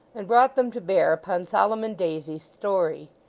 and brought them to bear upon solomon daisy's story.